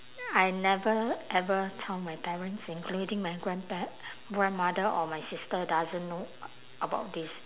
I never ever tell my parents including my grandpa~ grandmother or my sister doesn't know a~ about this